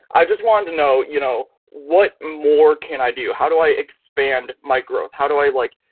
i just wanted to know, you know what more can i do, how do i expand my growth, how do i like.